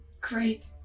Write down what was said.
Great